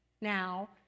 now